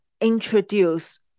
introduce